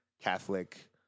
Catholic